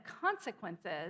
consequences